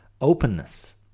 openness